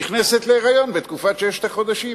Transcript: נכנסת להיריון בתקופת ששת החודשים,